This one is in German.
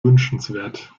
wünschenswert